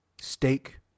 steak